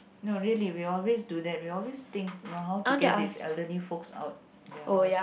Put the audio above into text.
no really we always do that we always think know who to get these elderly folks out their house